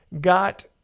got